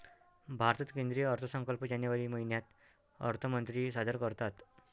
भारतात केंद्रीय अर्थसंकल्प जानेवारी महिन्यात अर्थमंत्री सादर करतात